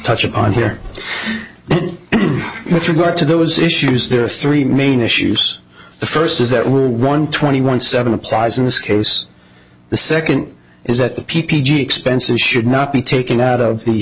touch upon here with regard to those issues there are three main issues the first is that rule one twenty one seven applies in this case the second is that the p p d expenses should not be taken out of the